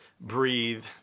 breathe